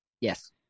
Yes